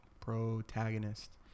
protagonist